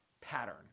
pattern